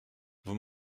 vous